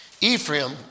Ephraim